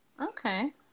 Okay